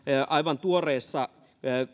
aivan tuoreessa